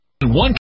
one